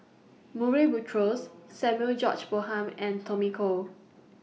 Murray Buttrose Samuel George Bonham and Tommy Koh